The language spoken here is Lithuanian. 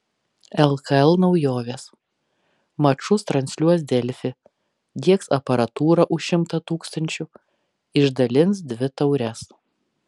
lkl naujovės mačus transliuos delfi diegs aparatūrą už šimtą tūkstančių išdalins dvi taures